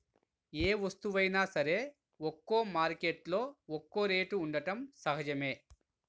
ఏ వస్తువైనా సరే ఒక్కో మార్కెట్టులో ఒక్కో రేటు ఉండటం సహజమే